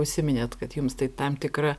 užsiminė kad jums tai tam tikra